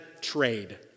trade